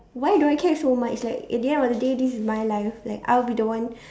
why do I care so much like at the end of the day this is my life like I'll be the one